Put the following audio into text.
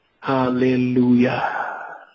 Hallelujah